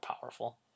powerful